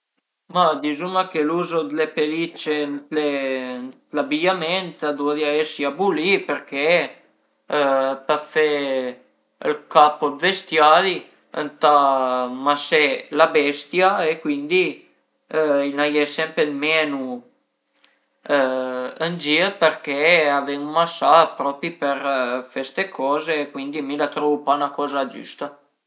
Ma dizuma che l'uzo d'le pellicce ën le ën l'abi-iament a duvrìa esi abulì perché për fe ël capo d'vestiari ëntà masé la bestia e cuindi a i n'a ie sempre d'menu ën gir perché a ven-u masà propi për fe ste coze cuindi mi la trövu pa 'na coza giüsta